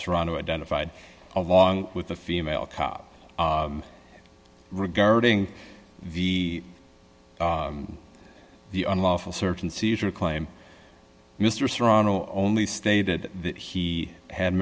serrano identified along with the female cop regarding the the unlawful search and seizure claim mr serrano only stated that he had